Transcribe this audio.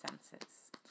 senses